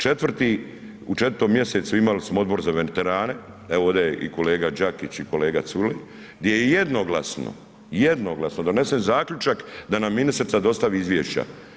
Četvrti, u 4. mjesecu imali smo Odbor za veterane, evo ovdje je i kolega Đakić i kolega Culej gdje je jednoglasno, jednoglasno donesen zaključak da nam ministrica dostavi izvješća.